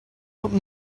but